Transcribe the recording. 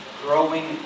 growing